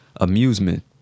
Amusement